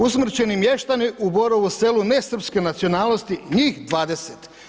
Usmrćeni mještani u Borovu Selu nesrpske nacionalnosti, njih 20.